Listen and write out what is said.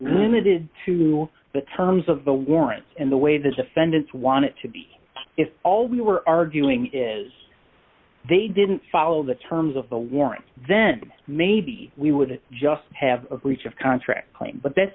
limited to the terms of the warrants and the way the defendants wanted to be if all we were arguing is they didn't follow the terms of the warrants then maybe we would just have a breach of contract claim but that's